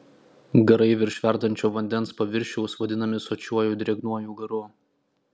garai virš verdančio vandens paviršiaus vadinami sočiuoju drėgnuoju garu